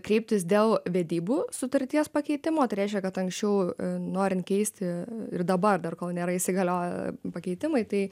kreiptis dėl vedybų sutarties pakeitimo tai reiškia kad anksčiau norint keisti ir dabar dar kol nėra įsigalioję pakeitimai tai